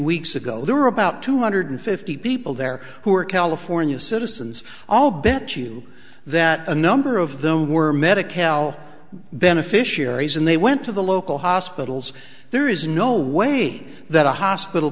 weeks ago there were about two hundred fifty people there who were california citizens all bet you that a number of them were medicare beneficiaries and they went to the local hospitals there is no way that a hospital